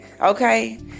okay